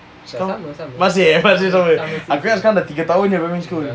masih eh masih sama aku ingat sekarang dah tiga tahun jer primary school